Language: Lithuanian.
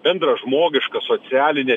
bendražmogiška socialine